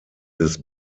des